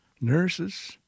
nurses